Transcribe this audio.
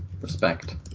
respect